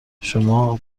شما